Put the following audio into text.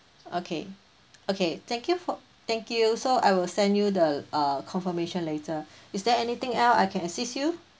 okay okay thank you for thank you so I will send you the uh confirmation later is there anything else I can assist you